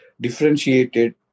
differentiated